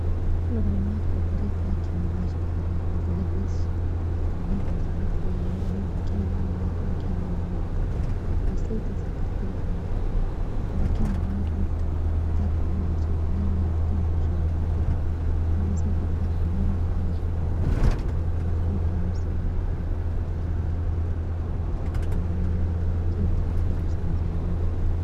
طبعا مواقفي الطريفة كان واجدة ومتنعدش أكتر مرة صارتلي أني نتكلم في مكالمة مهمة ونسيت نسكر التليفون وكان المايك مفتوح وبدأت نغني بصوت عالي وكلهم باشروا بالضحك وأنا ساعتها ضحكت على روحي واجد، وضحك أما سمعني، طبعا أكيد ما حد يحب يسوي زي هالموقف.